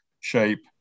shape